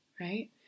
right